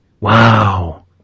Wow